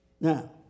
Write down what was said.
Now